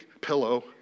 pillow